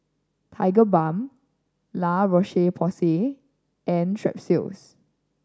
Tigerbalm La Roche Porsay and Strepsils